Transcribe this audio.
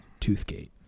Toothgate